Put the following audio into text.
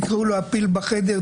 תקראו לו "הפיל בחדר",